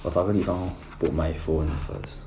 我找个地方 put my phone first